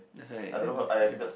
that's why